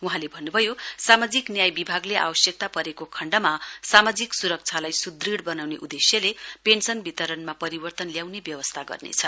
वहाँले भन्नभयो सामाजिक न्याय विभागले आवश्यकता परेको खण्डमा सामाजिक सुरक्षालाई सुदूढ बनाउने उदेश्यले पेन्सन वितरणमा परिवर्तनल ल्याउने व्यवस्था गर्नेछ